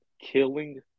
Killing